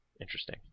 Interesting